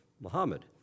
Muhammad